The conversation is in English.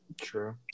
True